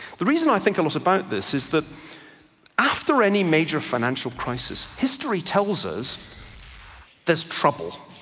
the reason i think a lot about this is that after any major financial crisis, history tells us there's trouble.